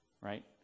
right